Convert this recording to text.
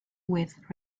width